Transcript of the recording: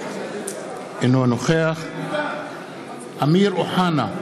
אינו נוכח אמיר אוחנה,